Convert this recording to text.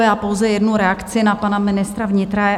Já pouze jednu reakci na pana ministra vnitra.